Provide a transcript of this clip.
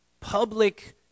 public